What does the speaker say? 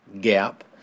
gap